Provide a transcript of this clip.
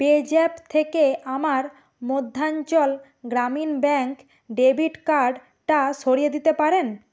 PayZapp থেকে আমার Madhyanchal Gramin Bank debit কার্ডটা সরিয়ে দিতে পারেন